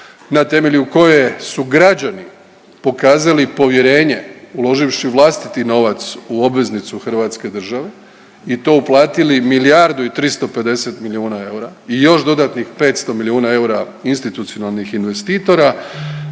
na temelju koje su građanin pokazali povjerenje uloživši u vlastiti novac u obveznicu hrvatske države i to uplatili milijardu i 350 milijuna eura i još dodatnih 500 milijuna eura institucionalnih investitora.